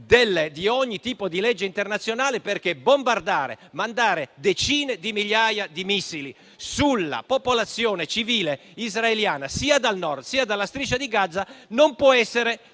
di ogni tipo di legge internazionale. Bombardare e mandare decine di migliaia di missili sulla popolazione civile israeliana, sia dal Nord, che dalla Striscia di Gaza, non possono essere